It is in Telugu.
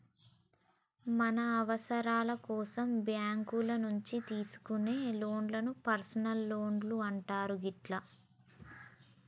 మన అవసరాల కోసం బ్యేంకుల నుంచి తీసుకునే లోన్లను పర్సనల్ లోన్లు అంటారు గిట్లా